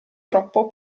troppo